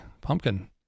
Pumpkin